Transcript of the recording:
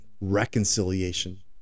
reconciliation